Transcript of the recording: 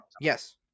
Yes